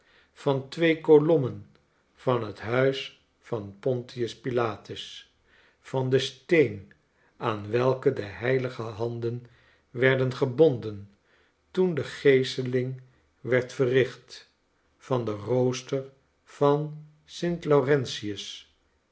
van twee kolommen van het huis van pontius pilatus van den steen aan welken de heilige handen werden gebonden toen de geeseling werd verricht van den rooster van sint laurentius